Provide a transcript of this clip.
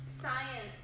science